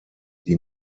die